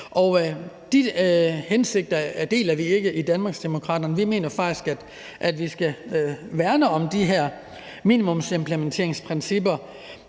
De hensigter deler vi ikke i Danmarksdemokraterne. Vi mener faktisk, at vi skal værne om de her minimumsimplementeringsprincipper,